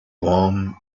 warm